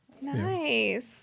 Nice